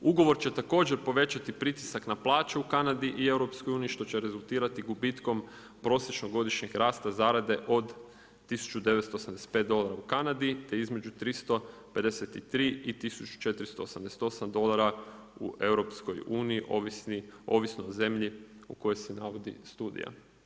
Ugovor će također povećati pritisak na plaće u Kanadi i EU što će rezultirati gubitkom prosječnog godišnjeg rasta zarade od 1985 dolara u Kanadi, te između 353 i 1488 dolara u EU ovisno o zemlji u kojoj se navodi studija.